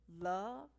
Love